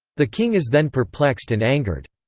the king is then perplexed and angered.